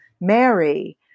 Mary